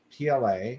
PLA